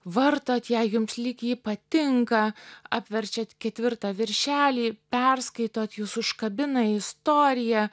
vartot ją jums lyg ji patinka apverčiat ketvirtą viršelį perskaitot jus užkabina istorija